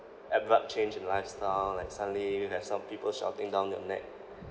abrupt change in lifestyle like suddenly you have some people shouting down your neck